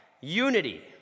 unity